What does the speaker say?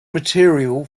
material